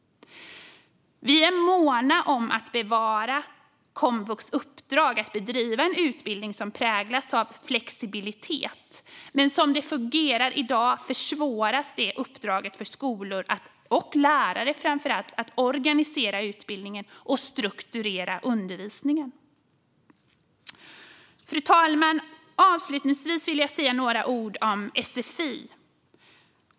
Vi är måna om att bevara komvux uppdrag att bedriva utbildning som präglas av flexibilitet, men som det fungerar i dag försvåras uppdraget för skolor och framför allt lärare att organisera utbildningen och strukturera undervisningen. Fru talman! Avslutningsvis vill jag säga några ord om sfi.